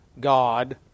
God